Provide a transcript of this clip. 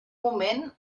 moment